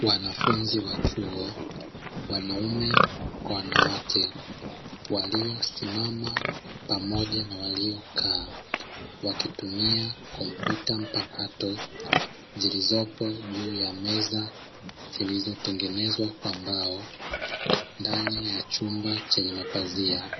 Wanafunzi wa chuo wanaume kwa wanawake waliosimama pamoja na waliokaa wakitumia kompyuta mpakato zilizopo juu ya meza zilizotengenezwa kwa mbao ndani ya chumba chenye mapazia